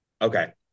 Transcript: Okay